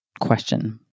question